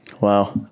Wow